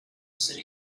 city